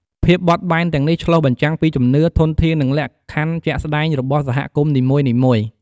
ភាពបត់បែនទាំងនេះឆ្លុះបញ្ចាំងពីជំនឿ ធនធាន និងលក្ខខណ្ឌជាក់ស្តែងរបស់សហគមន៍នីមួយៗ។